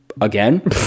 again